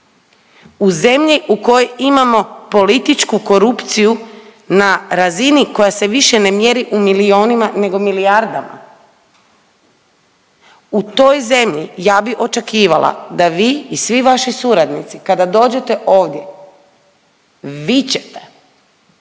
U zemlji u kojoj imamo političku korupciju na razini koja se više ne mjeri u milionima nego u milijardama. U toj zemlji ja bi očekivala da vi i svi vaši suradnici kada dođete ovdje vičete,